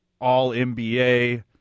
all-NBA